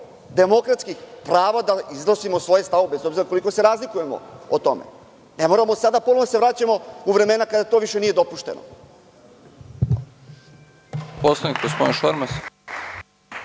demokratskih prava da iznosimo svoje stavove, bez obzira koliko se razlikujemo o tome. Ne moramo sada ponovo da se vraćamo u vremena kada to više nije dopušteno.